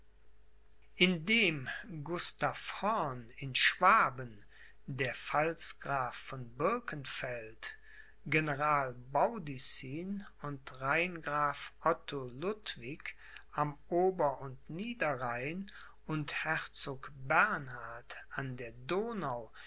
horn in schwaben der pfalzgraf von birkenfeld general baudissin und rheingraf otto ludwig am ober und niederrhein und herzog bernhard an der donau